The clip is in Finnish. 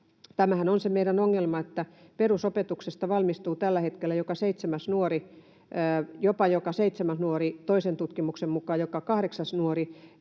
Tämähän on se meidän ongelma, että perusopetuksesta valmistuu tällä hetkellä jopa joka seitsemäs nuori ja toisen tutkimuksen mukaan joka kahdeksas nuori,